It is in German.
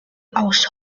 aus